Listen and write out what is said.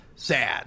sad